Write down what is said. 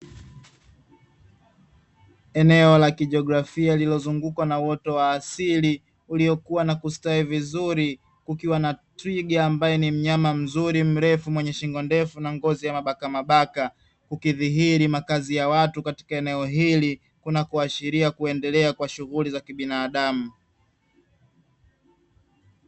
Eneo la kijografia lililozungukwa na uoto wa asili, uliokuwa na kustawi vizuri ukiwa na twiga ambaye ni mnyama mzuri mrefu na mwenye ngozi yenye mabakambaka ukidhihiri makazi ya watu katika eneo hili kunako ashiria kuendelea kwa shughuli za kibinadamu.